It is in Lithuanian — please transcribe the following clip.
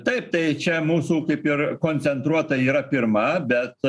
taip tai čia mūsų kaip ir koncentruota yra pirma bet